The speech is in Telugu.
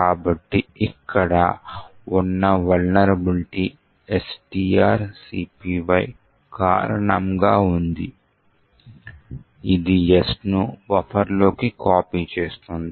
కాబట్టి ఇక్కడ ఉన్న వలనరబిలిటీ strcpy కారణంగా ఉంది ఇది Sను బఫర్లోకి కాపీ చేస్తుంది